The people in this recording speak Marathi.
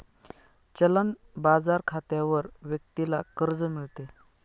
चलन बाजार खात्यावर व्यक्तीला कर्ज मिळते